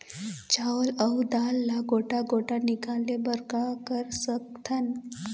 चावल अऊ दाल ला गोटा गोटा निकाले बर का कर सकथन?